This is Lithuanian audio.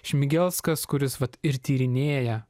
šmigelskas kuris vat ir tyrinėja